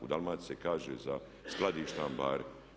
U Dalmaciji se kaže za skladište ambari.